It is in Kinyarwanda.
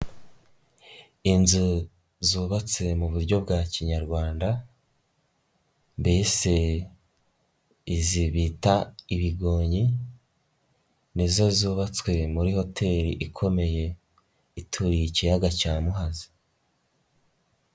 Inzu zubatse mu buryo bwa kinyarwanda, mbese izi bita ibigonyi, ni zo zubatswe muri hoteli ikomeye ituriye Ikiyaga cya Muhazi.